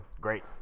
great